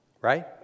Right